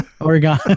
Oregon